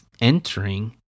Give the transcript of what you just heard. entering